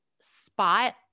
spot